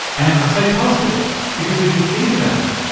and i say positive because, if you think about it,